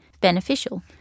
beneficial